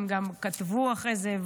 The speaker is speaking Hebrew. הם גם כתבו אחרי זה,